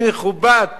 אני מכובד,